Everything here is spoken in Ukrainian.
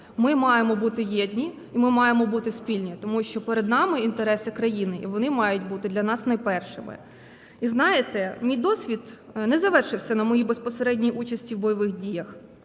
Ми маємо бути єдні і ми маємо бути спільні, тому що перед нами інтереси країни і вони мають бути для нас найпершими. І знаєте, мій досвід не завершився на моїй безпосередній участі в бойових діях,